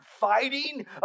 fighting